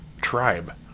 tribe